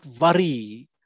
worry